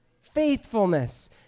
faithfulness